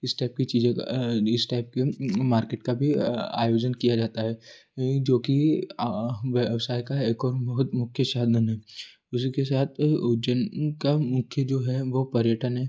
इस टाइप की चीज़ों इस टाइप की मार्केट का भी आयोजन किया जाता है जोकि व्यवसाय का एक और बहुत मुख्य साधन है उसी के साथ उज्जैन का मुख्य जो है वो पर्यटन हैं